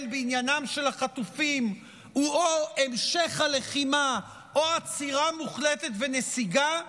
בעניינם של החטופים הוא או המשך הלחימה או עצירה מוחלטת ונסיגה,